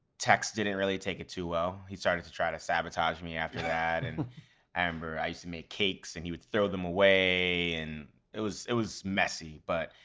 tex didn't take it too well. he started to try to sabotage me after that. and i remember i used to make cakes and he would throw them away. and it was it was messy. but,